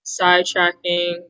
sidetracking